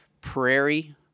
prairie